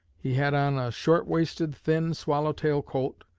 he had on a short-waisted, thin, swallow-tail coat,